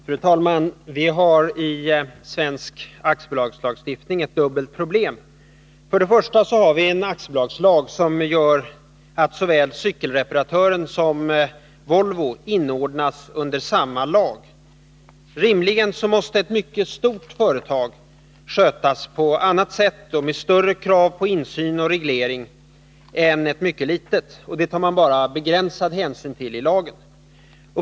Fru talman! Vi har i svensk aktiebolagslagstiftning ett dubbelt problem. För det första har vi en aktiebolagslag som gör att såväl cykelreparatören som Volvo inordnas under samma lag. Rimligen måste ett mycket stort företag skötas på annat sätt — med större krav på insyn och reglering — än ett mycket litet. Detta tar man bara begränsad hänsyn till i lagen.